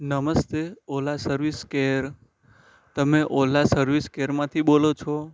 નમસ્તે Ola service care તમે Ola service કેરમાંથી બોલો છો